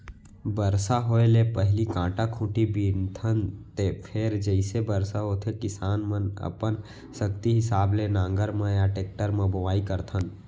बरसा होए ले पहिली कांटा खूंटी बिनथन फेर जइसे बरसा होथे किसान मनअपन सक्ति हिसाब ले नांगर म या टेक्टर म बोआइ करथन